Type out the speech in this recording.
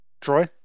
Troy